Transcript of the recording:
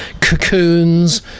cocoons